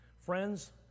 Friends